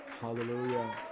Hallelujah